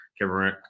Kevin